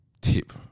tip